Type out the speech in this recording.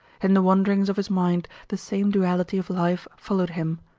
in the wanderings of his mind the same duality of life followed him.